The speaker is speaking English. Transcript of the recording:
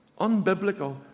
unbiblical